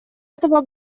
этого